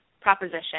proposition